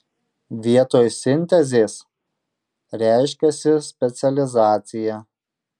vietoj sintezės reiškiasi specializacija